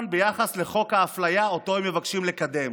ביחס לחוק האפליה שאותו הם מבקשים לקדם.